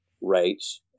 rates